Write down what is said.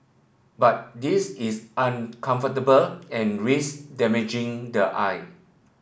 but this is uncomfortable and rise damaging the eye